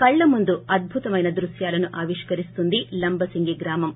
కళ్ళ ముందు అద్యుత మైన దృశ్యాలను ఆవిష్కరిస్తుంది లంబసింగి గ్రామం